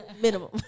Minimum